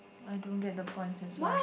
I don't get the points as well